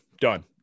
done